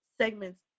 segments